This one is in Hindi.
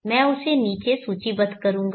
मैं उसे नीचे सूचीबद्ध करूंगा